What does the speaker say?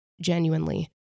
genuinely